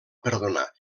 perdonar